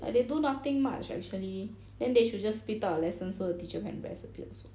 like they do nothing much actually then they should just split up the lesson so the teacher can rest a bit also